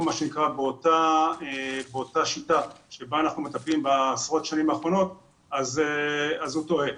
באותה שיטה שבה אנחנו מטפלים בעשרות השנים האחרונות הוא טועה.